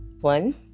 One